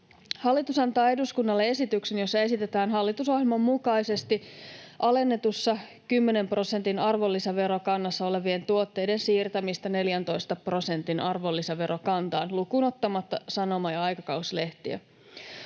Hallitus antaa eduskunnalle esityksen, jossa esitetään hallitusohjelman mukaisesti alennetussa 10 prosentin arvonlisäverokannassa olevien tuotteiden siirtämistä 14 prosentin arvonlisäverokantaan, lukuun ottamatta sanoma- ja aikakauslehtiä.